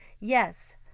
Yes